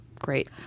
Great